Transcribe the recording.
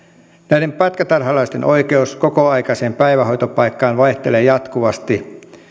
näiden pätkätarhalaisten oikeus kokoaikaiseen päivähoitopaikkaan vaihtelee jatkuvasti